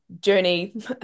Journey